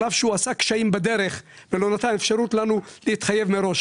אף שהוא עשה קשיים בדרך ולא נתן לנו אפשרות להתחייב מראש.